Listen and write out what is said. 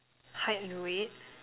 height and weight